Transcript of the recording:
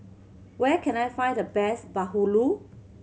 where can I find the best Bahulu